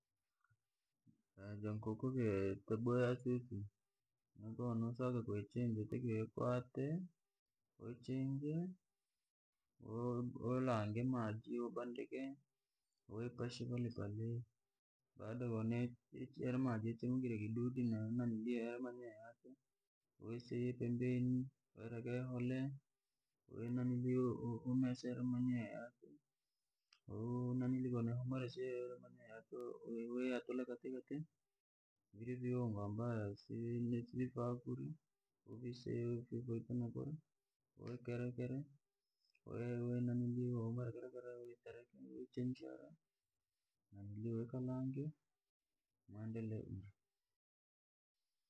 Jankuku javene taboya susu, kowosaka kuichinja wotakiwa tuikwate, usinje, ulange maji yobandika, uipashe palepale, kono yala maji yachemulikire kidudi ma ukamesa yara mabahara yachwe, uyaseye pembenii, uireke yaboha kowahumwire mesa yara mabera yachwe, uyaatule katekate, vira viungo ambayo sivitaa kuria, uviseye uvitwaite nakura, uikerekere, umarikire kukera kera uichemushe, uikalange, uendelee urya.